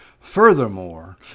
Furthermore